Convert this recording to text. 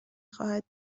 خواهد